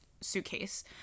Suitcase